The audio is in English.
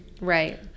Right